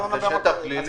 זה שטח גלילי